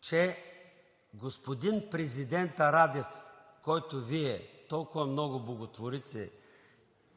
че господин президентът Радев, който Вие толкова много боготворите